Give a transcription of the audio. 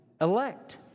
elect